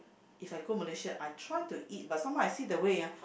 if I go Malaysia I try to eat but some more I see the way ah